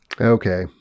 okay